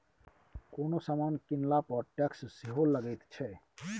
कोनो समान कीनला पर टैक्स सेहो लगैत छै